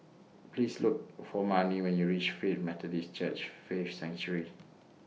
Please Look For Marni when YOU REACH Faith Methodist Church Faith Sanctuary